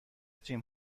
تیم